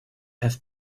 has